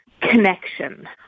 Connection